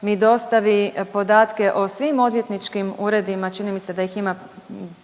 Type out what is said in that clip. mi dostavi podatke o svim odvjetničkim uredima, čini mi se da ih ima